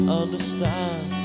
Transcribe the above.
understand